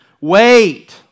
Wait